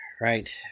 right